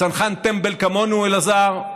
צנחן טמבל כמונו, אלעזר,